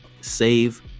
save